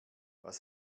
was